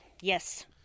yes